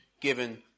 given